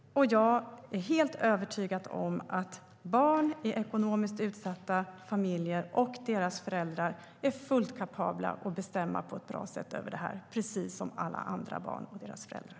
Jag är helt övertygad om att barn i ekonomiskt utsatta familjer och deras föräldrar är fullt kapabla att på ett bra sätt bestämma över det, precis som alla andra barn och deras föräldrar.